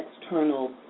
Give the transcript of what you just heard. external